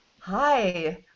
Hi